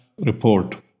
report